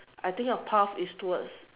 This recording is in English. I think your path is towards